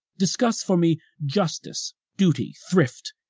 discuss for me justice, duty, thrift,